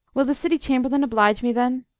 will the city chamberlain oblige me, then.